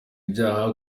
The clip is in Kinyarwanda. ibyaha